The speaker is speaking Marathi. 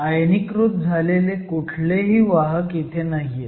आयनीकृत झालेले कुठलेही वाहक इथे नाहीयेत